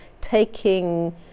taking